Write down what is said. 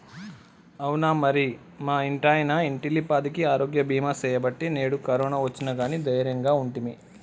అవునా మరి మా ఇంటాయన ఇంటిల్లిపాదికి ఆరోగ్య బీమా సేయబట్టి నేడు కరోనా ఒచ్చిన గానీ దైర్యంగా ఉంటిమి